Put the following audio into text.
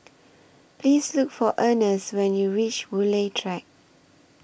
Please Look For Ernest when YOU REACH Woodleigh Track